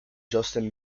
justin